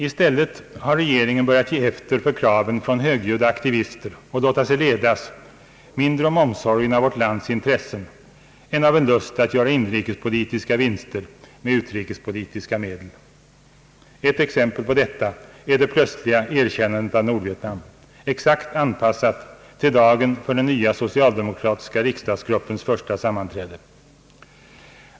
I stället har regeringen börjat ge efter för kraven från högljudda aktivister och låta sig ledas mindre av omsorgen om vårt lands intressen än av en lust att göra inrikespolitiska vinster med utrikespolitiska medel. Ett exempel på detta är det plötsliga erkännandet av Nordvietnam, exakt anpassat till dagen för den nya socialdemokratiska riksdagsgruppens = första sammanträde.